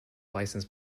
license